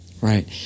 Right